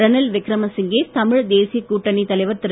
ரணில் விக்ரமசிங்க தமிழ் தேசியக் கூட்டணித் தலைவர் திரு